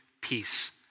peace